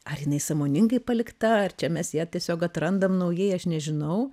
ar jinai sąmoningai palikta ar čia mes ją tiesiog atrandam naujai aš nežinau